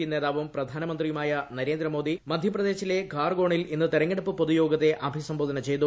P നേതാവും പ്രധാനമന്ത്രിയുമായ നരേന്ദ്രമോദി മധ്യപ്രദേശിലെ ഖാർഗോണിൽ ഇന്ന് തെരഞ്ഞെടുപ്പ് പൊതുയോഗത്തെ അഭിസംബോധന ചെയ്തു